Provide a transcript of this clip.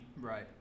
Right